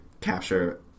capture